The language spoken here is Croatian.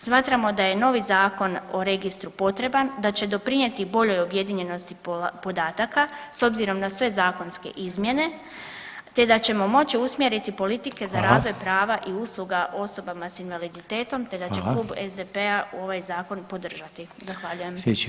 Smatramo da je novi Zakon o Registru potreban, da će doprinijeti boljom objedinjenosti podataka, s obzirom na sve zakonske izmjene te da ćemo moći usmjeriti politike za razvoj prava i [[Upadica: Hvala.]] usluga osobama s invaliditetom te da će [[Upadica: Hvala.]] Klub SDP-a ovaj Zakon podržati.